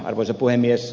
arvoisa puhemies